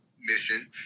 mission